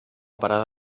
parar